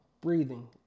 breathing